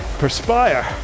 perspire